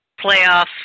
playoffs